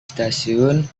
stasiun